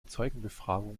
zeugenbefragung